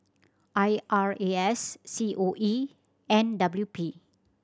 I R A S C O E and W P